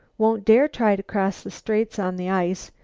won't dare try to cross the straits on the ice.